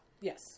Yes